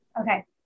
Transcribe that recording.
Okay